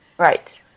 Right